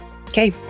Okay